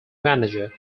manager